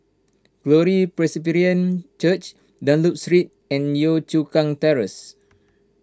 Glory Presbyterian Church Dunlop Street and Yio Chu Kang Terrace